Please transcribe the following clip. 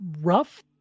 Rough